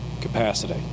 capacity